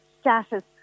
status